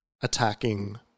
attacking